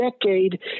decade